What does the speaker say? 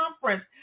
conference